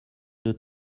deux